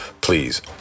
Please